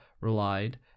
relied